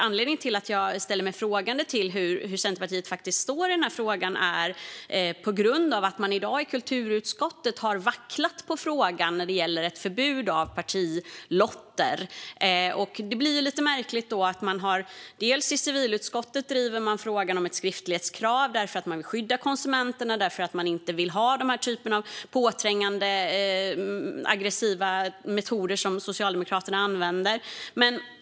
Anledningen till att jag ställer mig frågande till var Centerpartiet står i frågan är att de i dag i kulturutskottet vacklade i frågan när det gäller ett förbud mot partilotter. Då blir det lite märkligt att man å ena sidan i civilutskottet driver frågan om ett skriftlighetskrav för att man vill skydda konsumenterna och för att man inte vill ha den typ av påträngande aggressiva metoder som Socialdemokraterna använder.